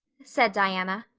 said diana.